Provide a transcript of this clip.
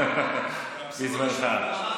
בזמנך.